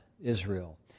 Israel